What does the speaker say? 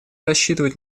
рассчитывать